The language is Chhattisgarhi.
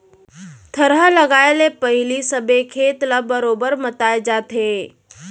थरहा लगाए ले पहिली सबे खेत ल बरोबर मताए जाथे